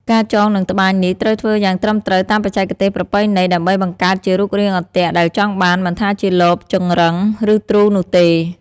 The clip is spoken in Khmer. ការចងនិងត្បាញនេះត្រូវធ្វើយ៉ាងត្រឹមត្រូវតាមបច្ចេកទេសប្រពៃណី ដើម្បីបង្កើតជារូបរាងអន្ទាក់ដែលចង់បាន មិនថាជាលប ចម្រឹង ឬទ្រូនោះទេ។